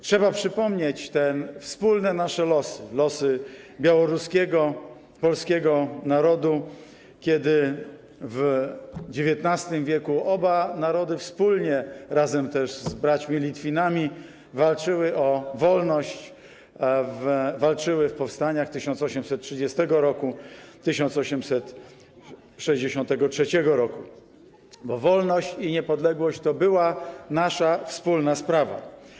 Trzeba przypomnieć te wspólne nasze losy, losy białoruskiego narodu, polskiego narodu, kiedy w XIX w. oba narody wspólnie, razem też z braćmi Litwinami, walczyły o wolność, walczyły w powstaniach 1830 r., 1863 r., bo wolność i niepodległość to była nasza wspólna sprawa.